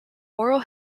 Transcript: oral